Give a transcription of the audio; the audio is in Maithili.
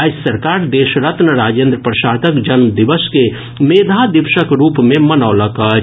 राज्य सरकार देशरत्न राजेन्द्र प्रसादक जन्म दिवस के मेधा दिवसक रूप मे मनौलक अछि